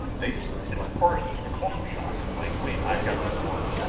they, so at first, sort of culture shock of like wait, i've gotta report,